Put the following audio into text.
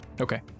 Okay